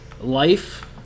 life